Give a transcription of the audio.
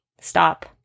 stop